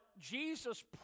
Jesus